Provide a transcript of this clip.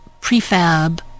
prefab